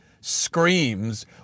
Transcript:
screams